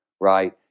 right